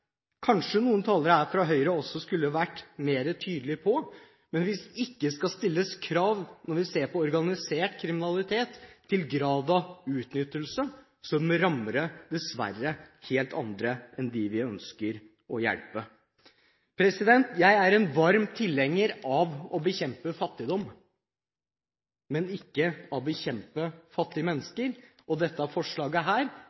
kanskje noen talere fra Høyre skulle vært mer tydelige på, men hvis det ikke skal stilles krav til grad av utnyttelse når vi ser på organisert kriminalitet, så rammer det dessverre helt andre enn dem vi ønsker å hjelpe. Jeg er en varm tilhenger av å bekjempe fattigdom, men ikke av å bekjempe fattige